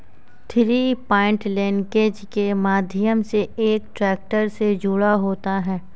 three point linkage के माध्यम से एक ट्रैक्टर से जुड़ा होता है